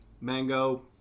mango